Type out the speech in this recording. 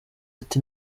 ati